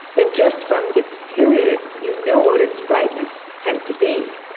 then just from its period you knew what its brightness had to be.